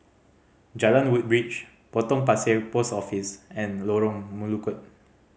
Jalan Woodbridge Potong Pasir Post Office and Lorong Melukut